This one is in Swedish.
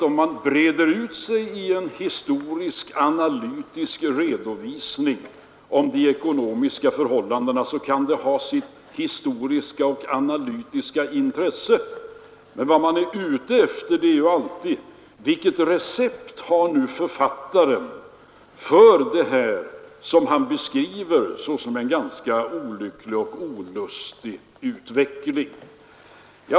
Om man breder ut sig i en historisk och analytisk redovisning av de ekonomiska förhållandena, så kan det ha sitt historiska och analytiska intresse, men jag har alltid vissa anspråk på att få veta vilket recept författaren har för det som han beskriver såsom en ganska olycklig och olustig utveckling.